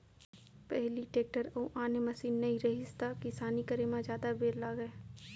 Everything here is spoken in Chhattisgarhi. पहिली टेक्टर अउ आने मसीन नइ रहिस त किसानी करे म जादा बेर लागय